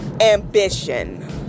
Ambition